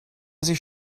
sich